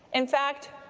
in fact,